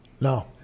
No